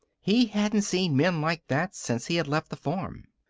he hadn't seen men like that since he had left the farm.